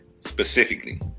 Specifically